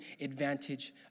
advantage